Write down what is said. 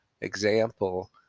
example